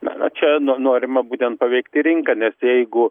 na čia no norima būtent paveikti rinką nes jeigu